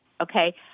Okay